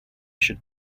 should